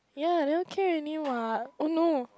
ya that one can already [what] oh no